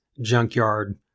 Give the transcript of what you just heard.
Junkyard